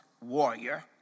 warrior